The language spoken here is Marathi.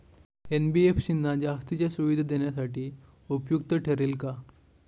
एन.बी.एफ.सी ना जास्तीच्या सुविधा देण्यासाठी उपयुक्त ठरेल का?